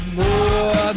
more